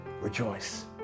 Rejoice